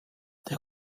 der